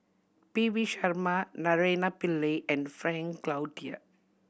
P V Sharma Naraina Pillai and Frank Cloutier